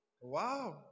Wow